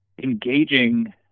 engaging